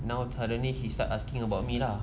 now suddenly she start asking about me lah